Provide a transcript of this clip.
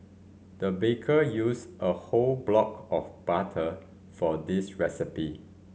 the baker used a whole block of butter for this recipe